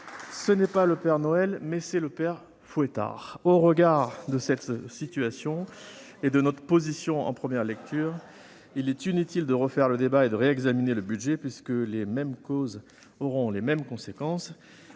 ce n'est pas le père Noël, c'est le père Fouettard ! Il faudrait savoir ! Au regard de cette situation et de notre position en première lecture, il est inutile de refaire le débat et de réexaminer le budget, puisque les mêmes causes auront les mêmes conséquences.